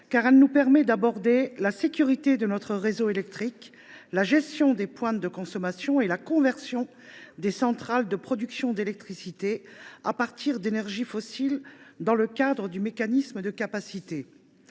son examen nous permet d’aborder la question de la sécurité de notre réseau électrique, de la gestion des pointes de consommation et de la conversion des centrales de production d’électricité à partir d’énergies fossiles, dans le cadre du mécanisme de capacité.